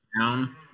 town